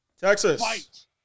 Texas